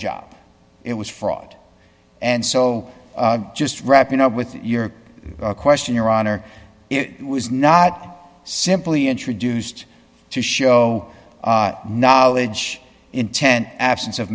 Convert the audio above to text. job it was fraud and so just wrapping up with your question your honor was not simply introduced to show knowledge in ten absence of